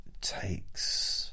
takes